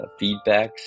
feedbacks